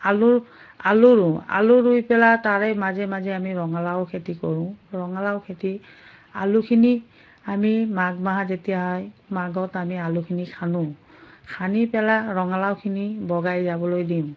আলুু আলু ৰোওঁ আলু ৰোই পেলাই তাৰে মাজে মাজে আমি ৰঙালাও খেতি কৰোঁ ৰঙালাও খেতি আলুখিনি আমি মাঘ মাহ যেতিয়া হয় মাঘত আমি আলুখিনি খান্দো খান্দি পেলাই ৰঙালাওখিনি বগাই যাবলৈ দিওঁ